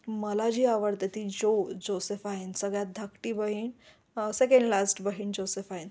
मला जी आवडते ती जो जोसेफ आहे सगळ्यात धाकटी बहीण सेकंड लास्ट बहीण जोसेफ आहे